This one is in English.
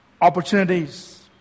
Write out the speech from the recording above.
Opportunities